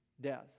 death